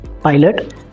pilot